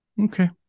Okay